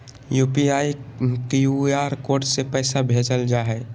UPI, QR code से पैसा भेजल जा हइ